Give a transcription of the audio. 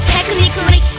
Technically